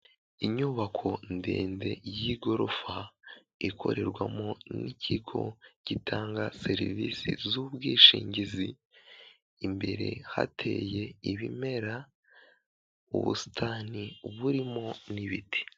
Inyubako ndende y'igorofa ikorerwamo n'ikigo gitanga serivisi z'ubwishingizi, imbere hateye ibimera, ubusitani burimo n'ibiti.